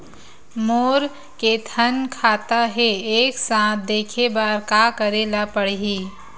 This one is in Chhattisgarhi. मोर के थन खाता हे एक साथ देखे बार का करेला पढ़ही?